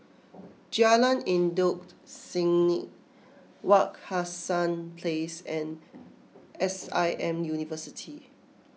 Jalan Endut Senin Wak Hassan Place and S I M University